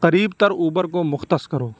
قریب تر اوبر کو مختص کرو